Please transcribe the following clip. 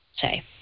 say